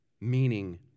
Meaning